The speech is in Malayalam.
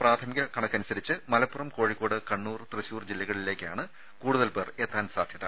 പ്രാഥമിക മലപ്പുറം കോഴിക്കോട് കണ്ണൂർ തൃശൂർ ജില്ലകളിലേക്കാണ് കൂടുതൽ പേർ എത്താൻ സാധ്യത